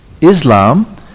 Islam